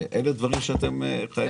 אלה דברים שאתם חייבים לחשוב עליהם.